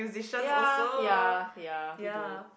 ya ya ya me too